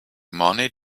money